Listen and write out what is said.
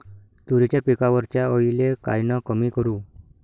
तुरीच्या पिकावरच्या अळीले कायनं कमी करू?